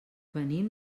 venim